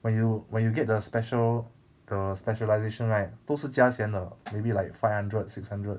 when you when you get the special the specialization right 都是加钱的 maybe like five hundred six hundred